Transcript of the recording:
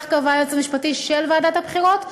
כך קבע היועץ המשפטי של ועדת הבחירות,